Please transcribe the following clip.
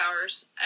hours